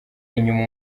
inyuma